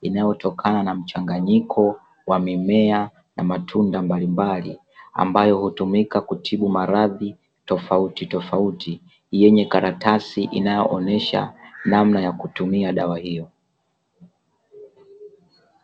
inayotokana na mchanganyiko wa mimea na matunda mbalimbali, ambayo hutumika kutibu maradhi tofautitofauti yenye karatasi inayoonyesha namna ya kutumia dawa hiyo.